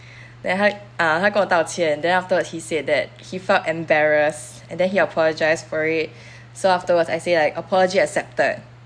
then 他 uh 他跟我道歉 then afterwards he said that he felt embarrassed and then he apologised for it so afterwards I say like apology accepted